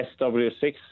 SW6